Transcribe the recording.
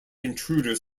intruders